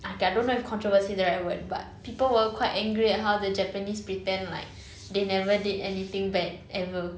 ah okay I don't know if controversy is the right word but people were quite angry at how the japanese pretend like they never did anything bad ever